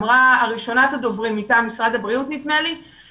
אמרה ראשונת הדוברים מטעם משרד הבריאות שאנחנו